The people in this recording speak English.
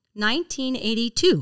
1982